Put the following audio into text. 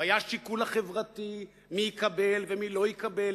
והיה השיקול החברתי מי יקבל ומי לא יקבל,